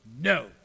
No